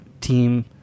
team